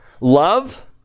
love